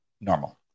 normal